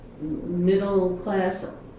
middle-class